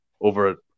over